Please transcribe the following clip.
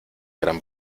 gran